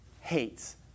hates